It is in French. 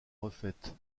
refaite